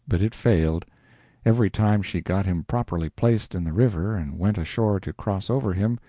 but it failed every time she got him properly placed in the river and went ashore to cross over him,